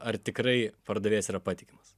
ar tikrai pardavėjas yra patikimas